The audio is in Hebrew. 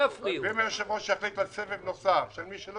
אם היושב-ראש יחליט על סבב נוסף של מי שלא